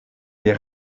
des